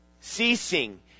ceasing